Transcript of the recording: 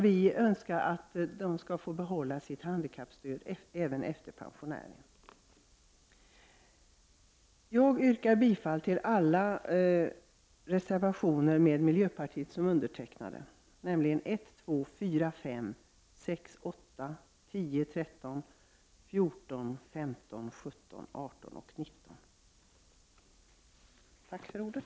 Vi anser att dessa människor skall få behålla sitt handikappstöd även efter pensioneringen. Jag yrkar bifall till alla reservationer där miljöpartiet finns med, nämligen reservationerna 1, 2, 4, 5, 6, 8, 10, 13, 14, 15, 17, 18 och 19. Tack för ordet.